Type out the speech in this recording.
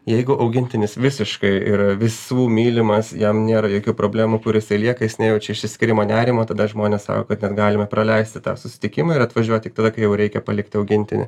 jeigu augintinis visiškai yra visų mylimas jam nėra jokių problemų kur jisai lieka jis nejaučia išsiskyrimo nerimo tada žmonės sako kad net galime praleisti tą susitikimą ir atvažiuoti tik tada kai jau reikia palikti augintinį